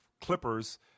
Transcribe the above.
Clippers